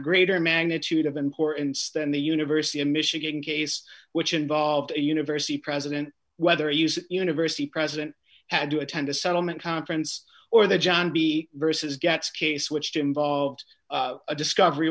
greater magnitude of importance than the university of michigan case which involved a university president whether used university president had to attend a settlement conference or the john b vs gets case which to involved a discovery